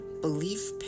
belief